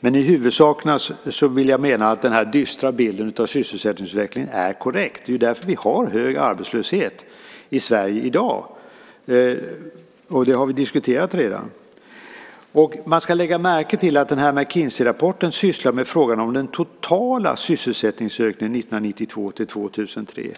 Men i huvudsak menar jag att denna dystra bild av sysselsättningsutvecklingen är korrekt. Det är ju därför som vi har en hög arbetslöshet i Sverige i dag. Och det har vi redan diskuterat. Man ska lägga märke till att det som tas upp i McKinseyrapporten är frågan om den totala sysselsättningsökningen 1992-2003.